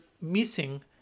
missing